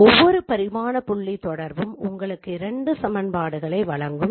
ஒவ்வொரு பரிமாண புள்ளி தொடர்பும் உங்களுக்கு இரண்டு சமன்பாடுகளை வழங்கும்